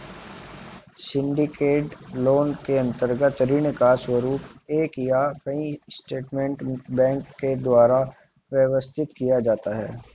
syndicated loan के अंतर्गत ऋण का स्वरूप एक या कई इन्वेस्टमेंट बैंक के द्वारा व्यवस्थित किया जाता है